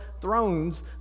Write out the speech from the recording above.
thrones